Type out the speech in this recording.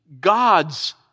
God's